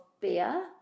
beer